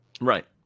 Right